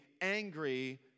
angry